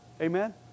Amen